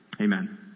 Amen